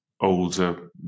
older